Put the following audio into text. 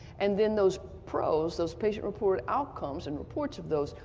and then those pros, those patient-reported outcomes and reports of those,